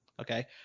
Okay